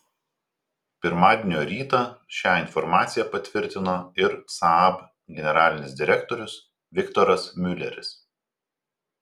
pirmadienio rytą šią informaciją patvirtino ir saab generalinis direktorius viktoras miuleris